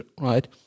right